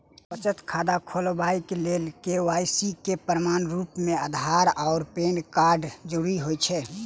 बचत खाता खोलेबाक लेल के.वाई.सी केँ प्रमाणक रूप मेँ अधार आ पैन कार्डक जरूरत होइ छै